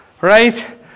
Right